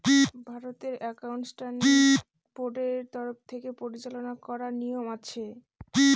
ভারতের accounting standard বোর্ডের তরফ থেকে পরিচালনা করার নিয়ম আছে